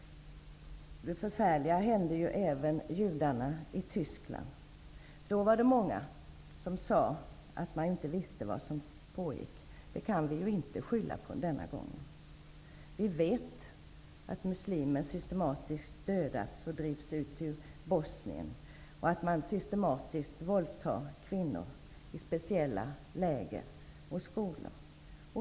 Det förfärliga hände ju även judarna i Tyskland. Då var det många som sade att man inte visste vad som pågick. Det kan vi ju inte skylla på denna gång. Vi vet att muslimer systematiskt dödas och drivs ut ur Bosnien och att man systematiskt våldtar kvinnor i speciella läger och skolor.